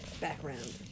background